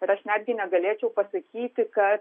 ir aš netgi negalėčiau pasakyti kad